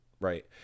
Right